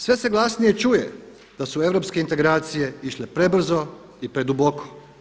Sve se glasnije čuje da su europske integracije išle prebrzo i preduboko.